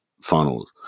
funnels